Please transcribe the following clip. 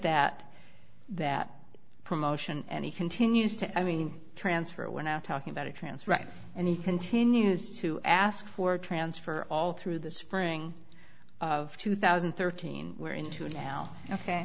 that that promotion and he continues to i mean transfer we're now talking about a trance right and he continues to ask for transfer all through the spring of two thousand and thirteen we're into it now ok